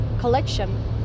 collection